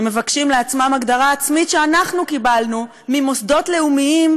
שמבקשים לעצמם הגדרה עצמית שאנחנו קיבלנו ממוסדות לאומיים